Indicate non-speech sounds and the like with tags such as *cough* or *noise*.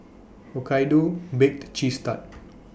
Hokkaido Baked Cheese Tart *noise*